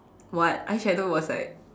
what eyeshadow was like